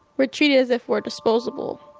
we're treated as if we're disposable,